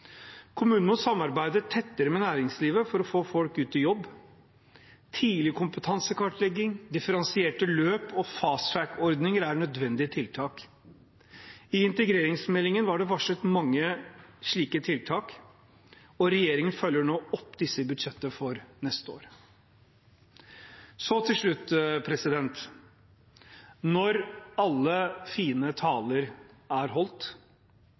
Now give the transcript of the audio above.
Kommunene må samarbeide tettere med næringslivet for å få folk ut i jobb. Tidlig kompetansekartlegging, differensierte løp og «fast track»-ordninger er nødvendige tiltak. I integreringsmeldingen var det varslet mange slike tiltak, og regjeringen følger nå opp disse i budsjettet for neste år. Så til slutt: Når alle fine taler er holdt,